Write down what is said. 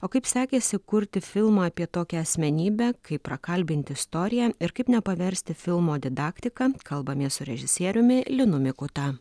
o kaip sekėsi kurti filmą apie tokią asmenybę kaip prakalbinti istoriją ir kaip nepaversti filmo didaktika kalbamės su režisieriumi linu mikuta